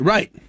Right